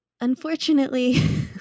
Unfortunately